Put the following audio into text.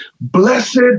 Blessed